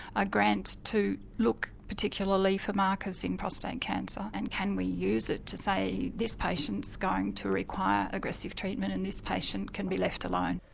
a grant to look particularly for markers in prostate cancer and can we use it to say this patient's going to require aggressive treatment and this this patient can be left alone.